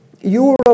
Europe